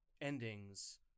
endings